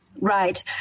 Right